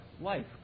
life